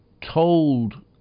told